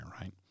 right